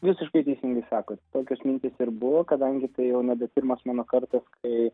visiškai teisingai sakot tokios mintys ir buvo kadangi tai jau nebe pirmas mano kartas kai